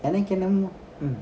எனக்கென்னமோ:enakkennamoo mm